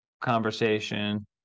conversation